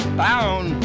bound